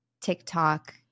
TikTok